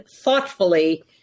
thoughtfully